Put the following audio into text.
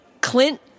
Clint